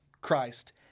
Christ